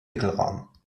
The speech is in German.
wickelraum